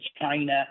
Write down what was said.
China